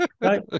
Right